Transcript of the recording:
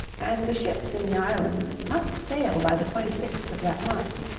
and the ships in the islands must sail by the twenty sixth of that month.